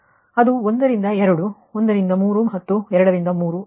ಅದು 1 ರಿಂದ 2 1 3 ಮತ್ತು 2 3